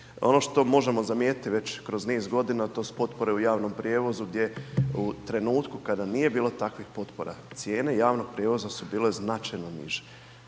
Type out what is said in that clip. Ono što možemo zamijetiti već kroz niz godina to su potpore u javnom prijevozu gdje u trenutku kada nije bilo takvih potpora, cijene javnog prijevoza su bile značajno niže,